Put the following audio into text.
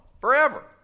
Forever